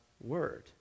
word